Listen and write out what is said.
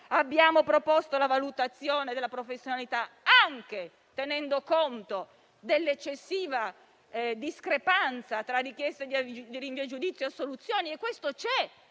e proposto la valutazione della professionalità, anche tenendo conto dell'eccessiva discrepanza tra richiesta di rinvio a giudizio e assoluzioni. Ciò è